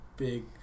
big